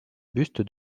buste